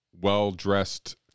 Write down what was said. well-dressed